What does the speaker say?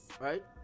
right